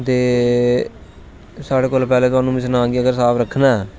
दे साढ़े कोल पैहलैं में थुहानू अगर सनां कि साफ रक्खना ऐ